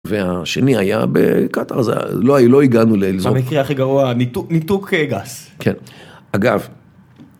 והשני היה בקטר זה לא היה לא הגענו לעזוב המקרה הכי גרוע ניתוק ניתוק גס אגב.